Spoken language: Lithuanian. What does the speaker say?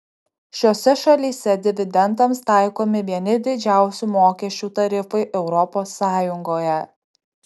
šiose šalyse dividendams taikomi vieni didžiausių mokesčių tarifai europos sąjungoje